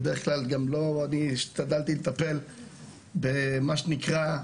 אני השתדלתי לטפל במה שנקרא,